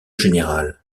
général